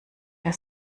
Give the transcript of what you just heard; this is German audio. der